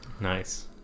Nice